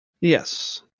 Yes